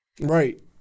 Right